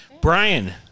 Brian